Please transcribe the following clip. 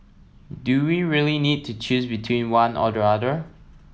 do we really need to choose between one or the other